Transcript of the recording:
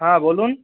হ্যাঁ বলুন